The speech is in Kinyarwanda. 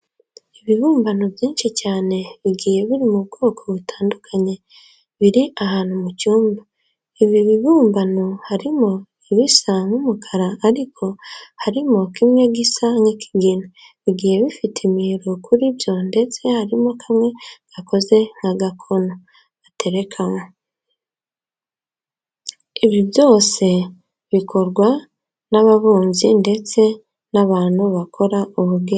Ibibumbano byinshi cyane bigiye biri mu bwoko butandukanye biri ahantu mu cyumba. Ibi bibumbano harimo ibisa nk'umukara ariko harimo kimwe gisa nk'ikigina. Bigiye bifite imihiro kuri byo ndetse harimo kamwe gakoze nk'agakono batekeramo. Ibi byose bikorwa n'ababumbyi ndetse n'abantu bakora ubugeni.